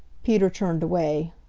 peter turned away.